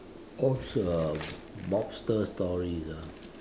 those uh mobster stories ah